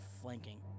flanking